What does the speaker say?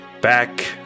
back